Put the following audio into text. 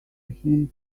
him